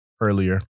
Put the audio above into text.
earlier